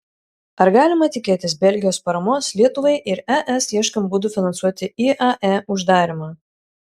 ar galima tikėtis belgijos paramos lietuvai ir es ieškant būdų finansuoti iae uždarymą